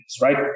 right